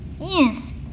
Yes